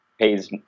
pays